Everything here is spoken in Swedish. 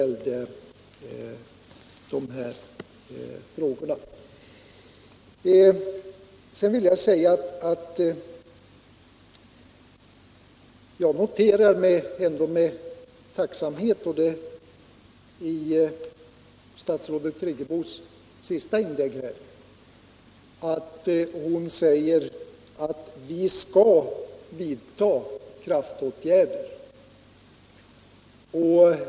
Jag noterar ändå med tacksamhet när statsrådet Friggebo i sitt senaste inlägg säger att kraftåtgärder skall vidtas.